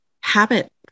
habit